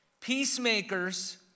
Peacemakers